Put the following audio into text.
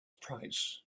price